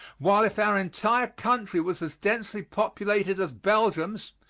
while if our entire country was as densely populated as belgium's,